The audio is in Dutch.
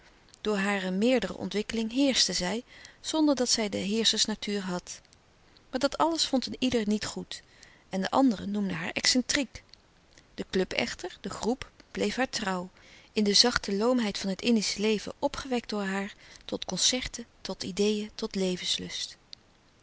door hare meerdere ontwikkeling heerschte zij zonderdat zij de heerschersnatuur had maar dat alles vond een ieder niet goed en de anderen noemden haar excentriek de club echter de groep bleef haar trouw in de zachte loomheid van het indische leven opgewekt door haar tot concerten tot ideeën tot levenslust